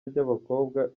ry’abakobwa